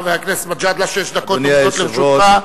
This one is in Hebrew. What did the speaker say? חבר הכנסת גאלב מג'אדלה, שש דקות עומדות לרשותך.